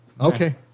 Okay